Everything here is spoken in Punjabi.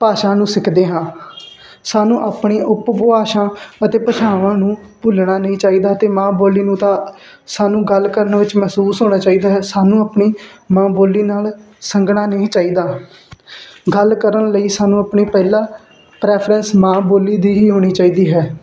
ਭਾਸ਼ਾ ਨੂੰ ਸਿੱਖਦੇ ਹਾਂ ਸਾਨੂੰ ਆਪਣੀ ਉਪਭਾਸ਼ਾ ਅਤੇ ਭਸ਼ਾਵਾਂ ਨੂੰ ਭੁੱਲਣਾ ਨਹੀਂ ਚਾਹੀਦਾ ਅਤੇ ਮਾਂ ਬੋਲੀ ਨੂੰ ਤਾਂ ਸਾਨੂੰ ਗੱਲ ਕਰਨ ਵਿੱਚ ਮਹਿਸੂਸ ਹੋਣਾ ਚਾਹੀਦਾ ਹੈ ਸਾਨੂੰ ਆਪਣੀ ਮਾਂ ਬੋਲੀ ਨਾਲ ਸੰਗਨਾਂ ਨਹੀਂ ਚਾਹੀਦਾ ਗੱਲ ਕਰਨ ਲਈ ਸਾਨੂੰ ਆਪਣੀ ਪਹਿਲਾਂ ਪ੍ਰੈਫਰੈਂਸ ਮਾਂ ਬੋਲੀ ਦੀ ਹੀ ਹੋਣੀ ਚਾਹੀਦੀ ਹੈ